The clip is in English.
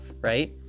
right